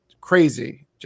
crazy